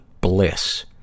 bliss